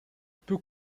peu